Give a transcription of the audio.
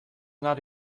not